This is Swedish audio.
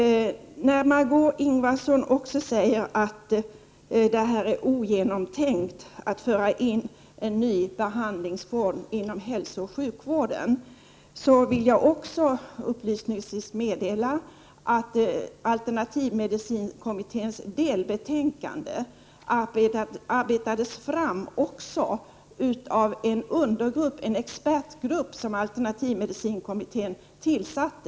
När Margö Ingvardsson säger att införandet av en ny behandlingsform Prot. 1988/89:121 inom hälsooch sjukvården är ogenomtänkt, vill jag upplysningsvis meddela — 25 maj 1989 att alternativmedicinkommitténs delbetänkande arbetades fram av en expertgrupp som alternativmedicinkommittén tillsatt.